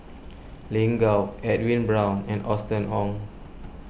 Lin Gao Edwin Brown and Austen Ong